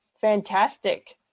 Fantastic